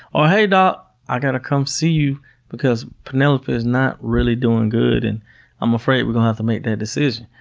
or hey, doc, i've got to come see you because penelope is not really doing good, and i'm afraid we're going to have to make that decision.